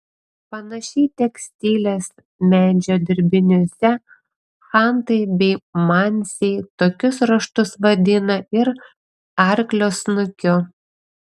panašiai tekstilės medžio dirbiniuose chantai bei mansiai tokius raštus vadina ir arklio snukiu